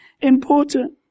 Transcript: important